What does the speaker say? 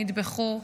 נטבחו,